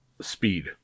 speed